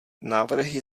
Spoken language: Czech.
návrhy